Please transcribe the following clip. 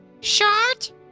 Short